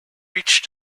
reached